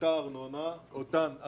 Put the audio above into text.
הארנונה נשארת אותה ארנונה,